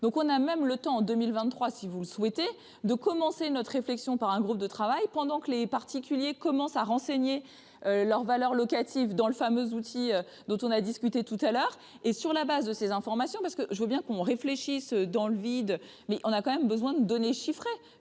donc, on a même le temps en 2023, si vous le souhaitez, de commencer notre réflexion par un groupe de travail pendant que les particuliers commencent à renseigner leur valeur locative dans le fameux outils dont on a discuté tout à l'heure et sur la base de ces informations, parce que je veux bien qu'on réfléchisse dans le vide, mais on a quand même besoin de données chiffrées